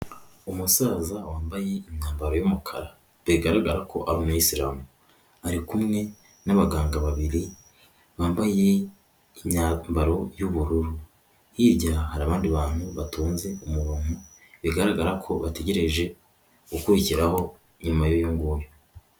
Umusaza wambaye imyambaro y'umukara, bigaragara ko abayisilamu ari kumwe n'abaganga babiri, bambaye imyambaro y'ubururu, hirya hari abandi bantu batonze umuntu bigaragara ko bategereje gukurikiraho nyuma y'uyu nguyu.